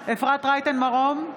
אפרת רייטן מרום,